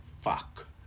fuck